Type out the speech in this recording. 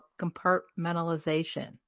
compartmentalization